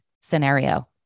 scenario